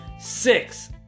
six